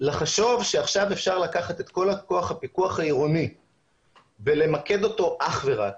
לחשוב שעכשיו אפשר לקחת את כל כוח הפיקוח העירוני ולמקד אותו אך ורק